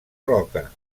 roca